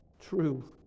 true